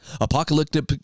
apocalyptic